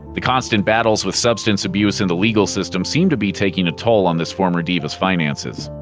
the constant battles with substance abuse and the legal system seem to be taking a toll on this former diva's finances.